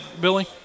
Billy